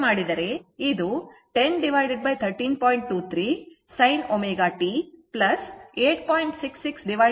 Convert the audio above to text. ಹಾಗೆ ಮಾಡಿದರೆ ಇದು 10 13